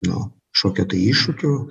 nu kažkokiu tai iššūkiu